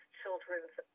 children's